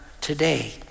today